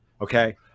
okay